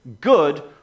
good